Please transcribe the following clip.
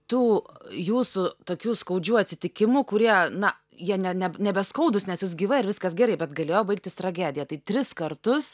tų jūsų tokių skaudžių atsitikimų kurie na jie ne ne nebe skaudus nes jūs gyva ir viskas gerai bet galėjo baigtis tragedija tai tris kartus